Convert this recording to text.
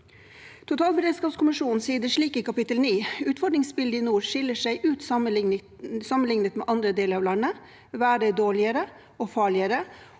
Totalberedskapskommisjonen sier det slik i kapittel 9: «Utfordringsbildet i nord skiller seg ut sammenliknet med andre deler av landet. Været er dårligere og farligere